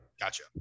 gotcha